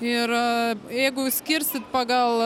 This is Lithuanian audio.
ir jeigu išskirsit pagal